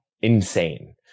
insane